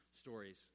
stories